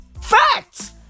Facts